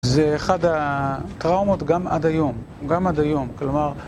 זה אחד הטראומות גם עד היום, גם עד היום, כלומר...